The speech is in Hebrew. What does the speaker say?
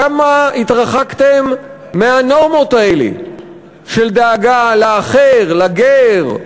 כמה התרחקתם מהנורמות האלה של דאגה לאחר, לגר,